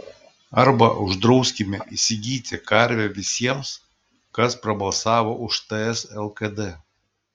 arba uždrauskime įsigyti karvę visiems kas pabalsavo už ts lkd